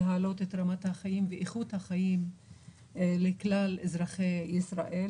נוכל להעלות את רמת החיים ואת איכות החיים לכלל אזרחי ישראל.